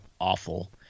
awful